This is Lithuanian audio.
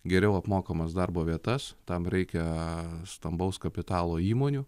geriau apmokamas darbo vietas tam reikia stambaus kapitalo įmonių